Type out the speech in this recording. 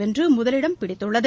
வென்று முதலிடம் பிடித்துள்ளது